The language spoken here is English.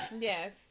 Yes